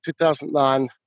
2009